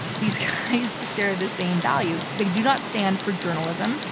these guys share the same values. they do not stand for journalism.